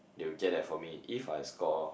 they will get that for me if I score